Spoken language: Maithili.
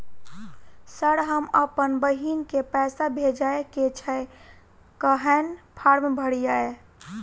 सर हम अप्पन बहिन केँ पैसा भेजय केँ छै कहैन फार्म भरीय?